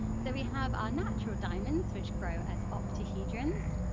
so we have our natural diamonds which grow as octahedrons,